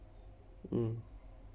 hmm